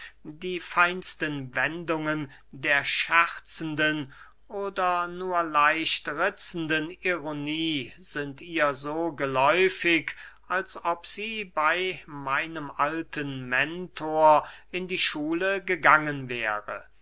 die feinsten wendungen der scherzenden oder nur leicht ritzenden ironie sind ihr so geläufig als ob sie bey meinem alten mentor in die schule gegangen wäre